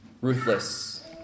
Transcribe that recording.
ruthless